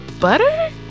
butter